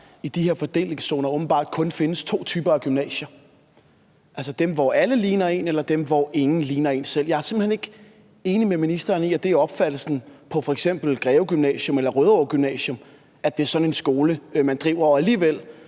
i de her fordelingszoner åbenbart kun findes to typer af gymnasier: dem, hvor alle ligner en selv, og dem, hvor ingen ligner en selv. Jeg er simpelt hen ikke er enig med ministeren i, at det er opfattelsen på f.eks. Greve Gymnasium eller Rødovre Gymnasium, at det er sådan en skole, man driver. Og alligevel